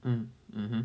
mm mmhmm